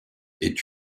est